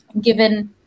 given